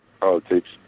politics